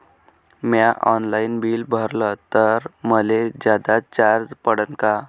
म्या online bill भरलं तर मले जादा चार्ज पडन का?